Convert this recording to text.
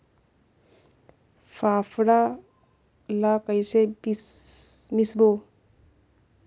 फाफण ला कइसे मिसबो?